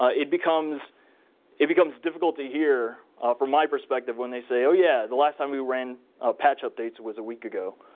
ah it becomes it becomes difficult to hear from my perspective when they say, oh yeah, the last time we ran patch updates was a week ago.